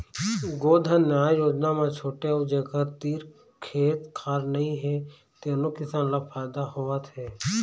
गोधन न्याय योजना म छोटे अउ जेखर तीर खेत खार नइ हे तेनो किसान ल फायदा होवत हे